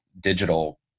digital